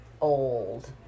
old